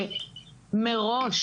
שמראש